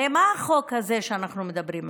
הרי מה החוק הזה שאנחנו מדברים עליו?